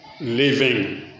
living